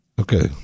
Okay